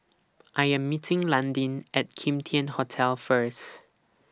I Am meeting Landin At Kim Tian Hotel First